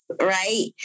Right